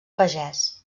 pagès